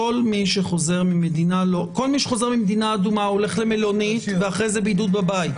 כל מי שחוזר ממדינה אדומה הולך למלונית ואחרי זה בידוד בבית.